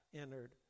entered